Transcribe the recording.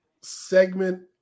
Segment